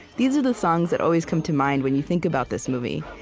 these are the songs that always come to mind when you think about this movie,